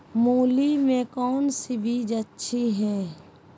मूली में कौन सी बीज अच्छी है?